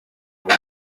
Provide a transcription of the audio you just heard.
ngo